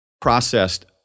processed